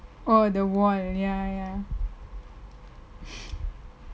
orh the wall ya ya